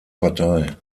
partei